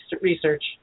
research